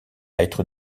être